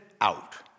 out